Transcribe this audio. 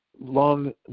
long